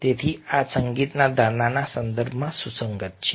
તેથી આ સંગીતની ધારણાના સંદર્ભમાં સુસંગત છે